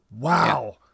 Wow